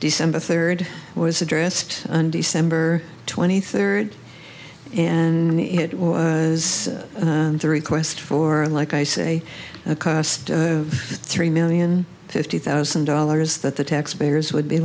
december third was addressed on december twenty third and it was a request for like i say a cost of three million fifty thousand dollars that the taxpayers would be